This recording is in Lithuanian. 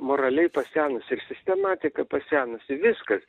moraliai pasenusi ir sistematika pasenusi viskas